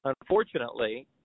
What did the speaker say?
unfortunately